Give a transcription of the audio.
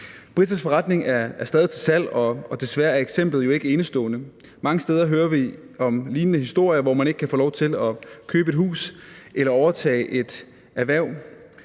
Brittas forretning er stadig til salg og desværre er eksemplet jo ikke enestående. Mange steder hører vi om lignende historier, hvor man ikke kan få lov til at købe hus eller overtage et erhverv.